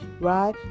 right